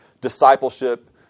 discipleship